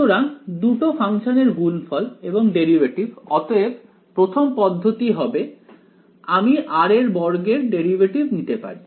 সুতরাং দুটো ফাংশনের গুণফল এবং ডেরিভেটিভ অতএব প্রথম পদ্ধতি হবে আমি r এর বর্গের ডেরিভেটিভ নিতে পারি